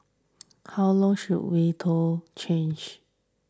how long should we told change